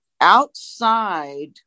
outside